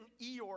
Eeyore